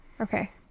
okay